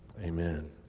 amen